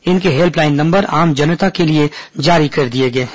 इनके helpline number आम जनता के लिए जारी कर दिए गए हैं